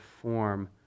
form